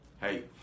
hey